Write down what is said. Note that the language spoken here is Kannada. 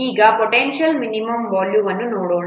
ಈಗ ಪೊಟೆನ್ಷಿಯಲ್ ಮಿನಿಮಂ ವಾಲ್ಯೂಮ್ ಅನ್ನು ನೋಡೋಣ